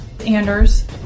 Anders